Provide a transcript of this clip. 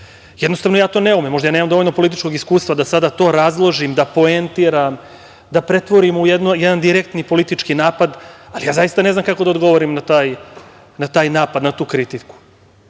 Jednostavno, ja to ne umem. Možda ja nemam dovoljno političkog iskustva da sada to razložim, da poentiram, da pretvorim u jedan direktni politički napad, ali zaista ne znam kako da odgovorim na taj napad, na tu kritiku.